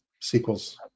sequels